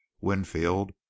winfield